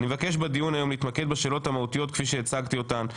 אני מבקש בדיון היום להתמקד בשאלות המהותיות כפי שהצגתי אותן,